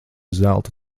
zelta